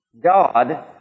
God